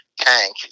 tank